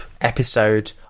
episode